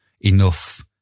enough